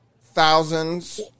thousands